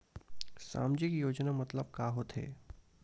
सामजिक योजना मतलब का होथे?